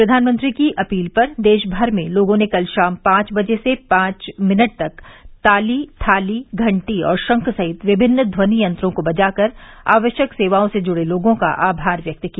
प्रधानमंत्री की अपील पर देश भर में लोगों ने कल शाम पांच बजे से पांच मिनट तक ताली थाली घंटी और शंख सहित विभिन्न ध्वनि यंत्रों को बजाकर आवश्यक सेवाओं से जुड़े लोगों का आभार व्यक्त किया